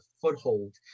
foothold